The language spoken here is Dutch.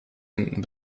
een